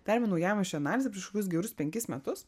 darėme naujamiesčio analizę prieš kokius gerus penkis metus